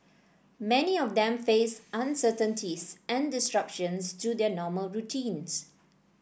many of them faced uncertainties and disruptions to their normal routines